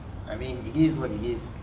I mean it is what it is